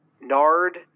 Nard